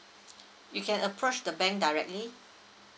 you can approach the bank directly